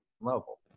level